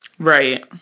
Right